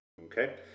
Okay